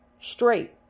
straight